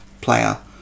player